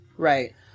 right